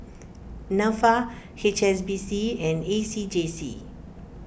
Nafa H S B C and A C J C